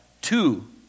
two